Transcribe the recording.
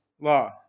law